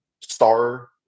star